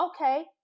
okay